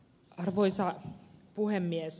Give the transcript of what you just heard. arvoisa puhemies